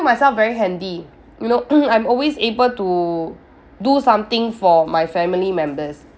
myself very handy you know I'm always able to do something for my family members